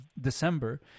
December